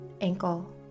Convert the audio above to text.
ankle